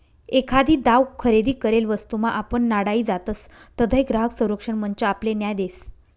एखादी दाव खरेदी करेल वस्तूमा आपण नाडाई जातसं तधय ग्राहक संरक्षण मंच आपले न्याय देस